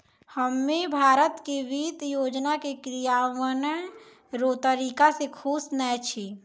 हम्मे भारत के वित्त योजना के क्रियान्वयन रो तरीका से खुश नै छी